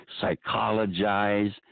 psychologize